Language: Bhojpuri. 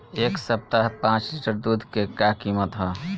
एह सप्ताह पाँच लीटर दुध के का किमत ह?